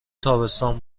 تابستان